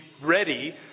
ready